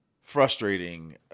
frustrating